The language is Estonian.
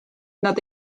nad